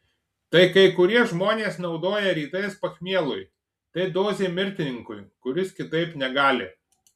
tai kai kurie žmonės naudoja rytais pachmielui tai dozė mirtininkui kuris kitaip negali